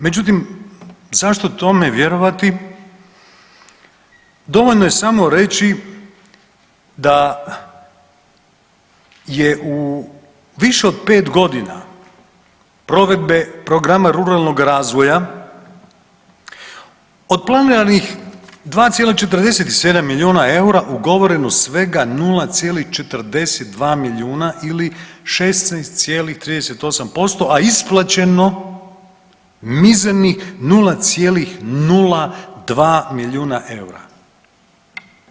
Međutim zašto tome vjerovati, dovoljno je samo reći da je u više od 5 godina provedbe programa ruralnog razvoja od planiranih 2,47 milijuna EUR-a ugovoreno svega 0,42 milijuna ili 16,38% a isplaćeno mizernih 0,02 milijuna EUR-a.